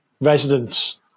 residents